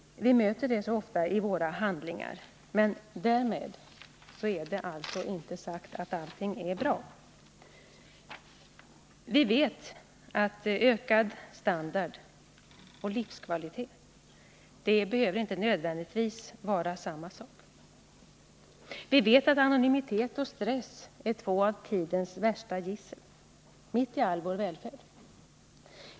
Vi möter detta så ofta i våra handlingar, men därmed är det inte sagt att allt är bra. Vi vet att ökad standard och livskvalitet inte nödvändigtvis behöver vara samma sak. Vi vet att anonymitet och stress är två av tidens värsta gissel — mitt i all vår välfärd.